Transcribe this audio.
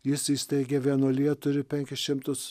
jis įsteigė vienuoliją turi penkis šimtus